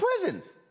prisons